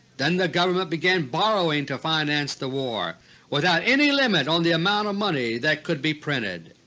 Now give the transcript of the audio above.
then the government began borrowing to finance the war without any limit on the amount of money that could be printed.